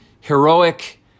heroic